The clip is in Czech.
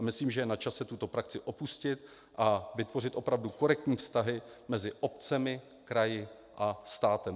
Myslím, že je načase tuto praxi opustit a vytvořit opravdu korektní vztahy mezi obcemi, kraji a státem.